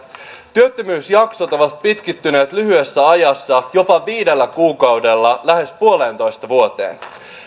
työttömyysjaksot ovat pitkittyneet lyhyessä ajassa jopa viidellä kuukaudella lähes puoleentoista vuoteen